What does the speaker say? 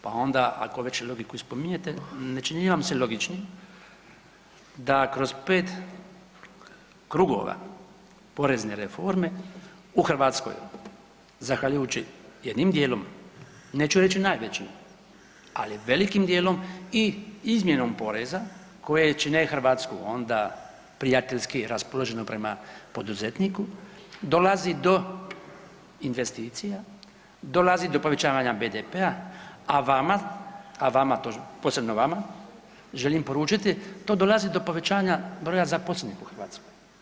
Pa onda ako već logiku i spominjete ne čini vam se logično da kroz 5 krugova porezne reforme u Hrvatskoj zahvaljujući jednim dijelom, neću reći najvećim, ali velikim dijelom i izmjenom poreza koje čine Hrvatsku onda prijateljski raspoloženom prema poduzetniku dolazi do investicija, dolazi do povećanja BDP-a, a vama, a vama to, posebno vama želim poručiti to dolazi do povećanja broja zaposlenih u Hrvatskoj.